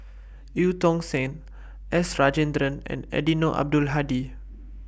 EU Tong Sen S Rajendran and Eddino Abdul Hadi